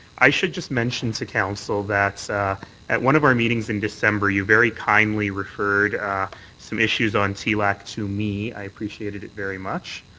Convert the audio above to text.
i should just mention to council that at one of our meetings in december you very kindly referred some issues on tlac to me. i appreciated it very much.